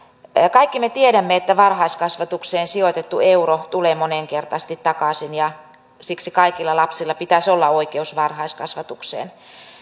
kaikki me tiedämme että varhaiskasvatukseen sijoitettu euro tulee moninkertaisesti takaisin ja siksi kaikilla lapsilla pitäisi olla oikeus varhaiskasvatukseen